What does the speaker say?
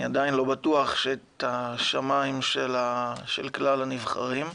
אני עדיין לא בטוח שאת השמיים של כלל הנבחרים.